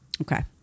Okay